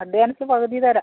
advance പകുതി തരാം